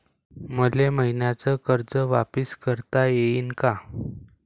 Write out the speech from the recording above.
मले मईन्याचं कर्ज वापिस करता येईन का?